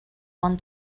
bon